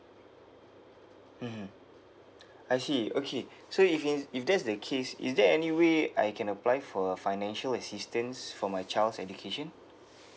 mmhmm I see okay so if it's if that's the case is there any way I can apply for a financial assistance for my child's education